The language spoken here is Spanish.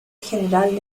general